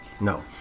No